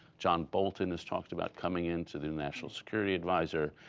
john bolton is talked about coming in to the national security adviser.